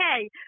Okay